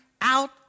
out